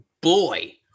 boy